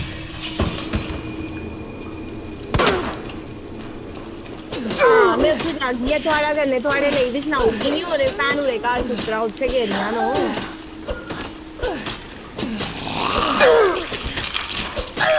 में आह्गी थुआढ़े कन्नै ते थुआढ़े बारै बी सनाई ओड़गी ना की नुहाड़ी भैनूं दे घर सूत्तरा ते ओह्दे घर गेदियां न ओह्